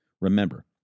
Remember